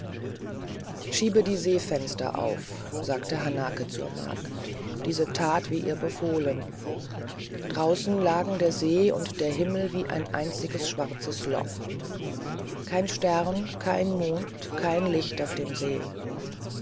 schiebe die seefenster auf sagte hanake zur magd diese tat wie ihr befohlen draußen lagen der see und der himmel wie ein einziges schwarzes loch kein stern kein mond kein licht auf dem see